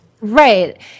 Right